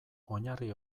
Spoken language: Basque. oinarri